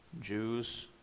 Jews